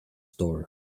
store